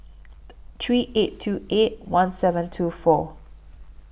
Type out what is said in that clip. three eight two eight one seven two four